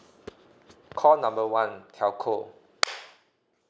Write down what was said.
call number one telco